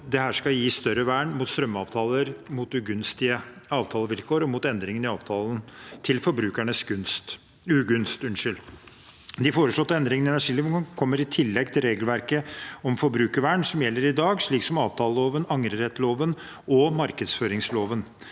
dette skal gi større vern mot strømavtaler, mot ugunstige avtalevilkår og mot endringer i avtaler til forbrukernes ugunst. De foreslåtte endringene i energiloven kommer i tillegg til regelverket om forbrukervern som gjelder i dag, slik som avtaleloven, angrerettloven og markedsføringsloven.